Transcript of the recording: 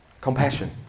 Compassion